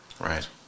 Right